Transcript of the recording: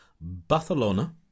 Barcelona